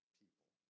people